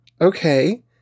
okay